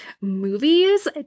movies